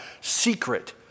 secret